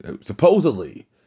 supposedly